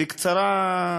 בקצרה,